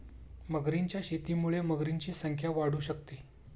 मगरींच्या शेतीमुळे मगरींची संख्या वाढू शकते